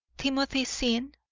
timothy sinn?